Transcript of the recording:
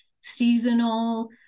seasonal